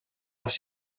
les